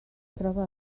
troba